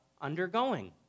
undergoing